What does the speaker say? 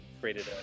Created